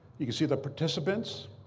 you can see the participants.